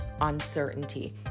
uncertainty